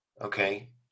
okay